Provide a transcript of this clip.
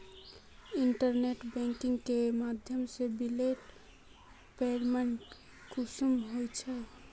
Internet banking के माध्यम से बिलेर पेमेंट कुंसम होचे?